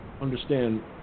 understand